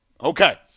okay